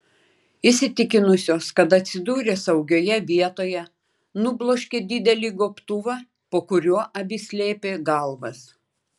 įsitikinusios kad atsidūrė saugioje vietoje nubloškė didelį gobtuvą po kuriuo abi slėpė galvas